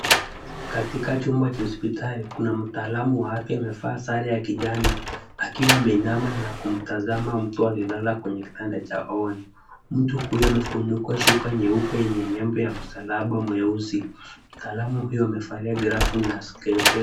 Katika chumba cha hospitali, kuna mtaalamu wa afya amevaa sare ya kijani akiwa ameinama na kumtazama mtu aliyelala kwenye kitanda cha oni, mtu huyo amefunikwa shuka nyeupe yenye nembo ya msalaba mweusi, mtaalamu huyo amevalia glavu na skeletep .